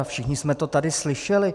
Všichni jsme to tady slyšeli.